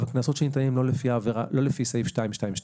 הקנסות לא ניתנים לפי סעיף 222,